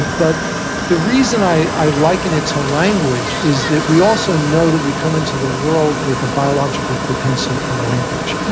but the reason i liken it to language is that we also know that we come into the world with a biological propensity for language,